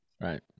Right